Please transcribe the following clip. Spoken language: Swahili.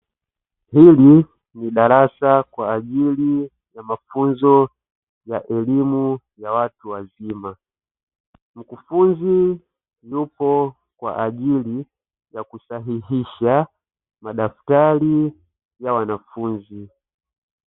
Hili ni darasa kwa ajili ya mafunzo ya elimu ya watu wazima, mkufunzi yupo kwa ajili ya kusahihisha madaftari ya wanafunzi.